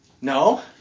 no